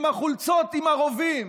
עם החולצות עם הרובים,